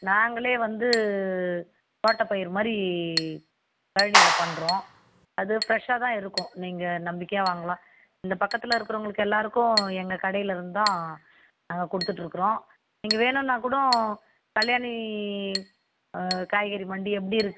நாங்களே வந்து தோட்டப்பயிர் மாதிரி கழனியில பண்ணுறோம் அது ஃப்ரெஷ்ஷாக தான் இருக்கும் நீங்கள் நம்பிக்கையாக வாங்கலாம் இந்த பக்கத்தில் இருக்குறவங்களுக்கு எல்லாருக்கும் எங்கள் கடையிலருந்து தான் நாங்கள் கொடுத்துட்ருக்குறோம் நீங்கள் வேணுன்னா கூடம் கல்யாணி காய்கறி மண்டி எப்படி இருக்கு